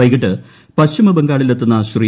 വൈകിട്ട് പശ്ചിമബംഗാളിലെത്തുന്ന ശ്രീ